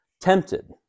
tempted